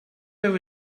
ever